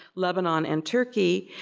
lebanon and turkey,